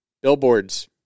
Billboards